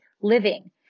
living